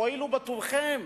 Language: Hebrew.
תואילו בטובכם